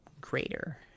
greater